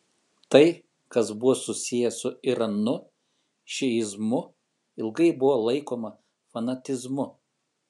tai kas buvo susiję su iranu šiizmu ilgai buvo laikoma fanatizmu